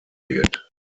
wird